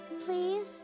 please